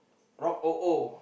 Rock O O